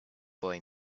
boy